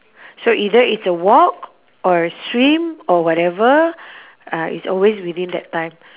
so either it's a walk or a swim or whatever uh it's always within that time